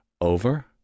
over